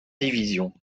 division